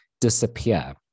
disappear